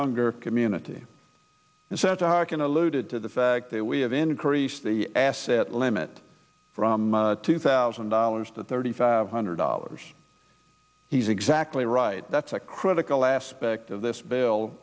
hunger community and said to harkin alluded to the fact that we have increased the asset limit from two thousand dollars to thirty five hundred dollars he's exactly right that's a critical aspect of this bill